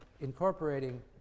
incorporating